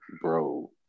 Bro